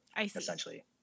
essentially